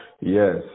Yes